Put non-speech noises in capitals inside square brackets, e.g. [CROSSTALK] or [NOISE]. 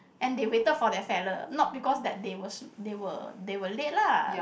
and they waited for that fella not because that they were [NOISE] they were they were late lah